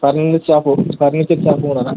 ఫర్ని shop furniture shop వారేనా